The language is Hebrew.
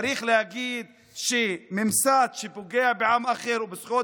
צריך להגיד שממסד שפוגע בעם אחר ובזכויות